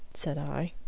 said i.